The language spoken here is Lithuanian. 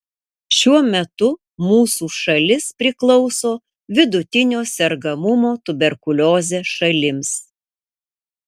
šiuo metu mūsų šalis priklauso vidutinio sergamumo tuberkulioze šalims